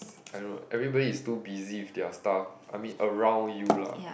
I don't know everybody is too busy with their stuff I mean around you lah